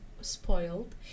spoiled